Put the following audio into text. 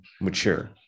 mature